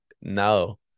no